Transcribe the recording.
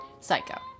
psycho